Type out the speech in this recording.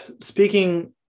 Speaking